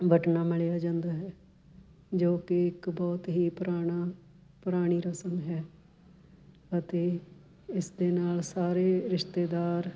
ਵਟਣਾ ਮਲਿਆ ਜਾਂਦਾ ਹੈ ਜੋ ਕਿ ਇਕ ਬਹੁਤ ਹੀ ਪੁਰਾਣਾ ਪੁਰਾਣੀ ਰਸਮ ਹੈ ਅਤੇ ਇਸ ਦੇ ਨਾਲ ਸਾਰੇ ਰਿਸ਼ਤੇਦਾਰ